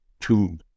two